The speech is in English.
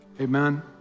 Amen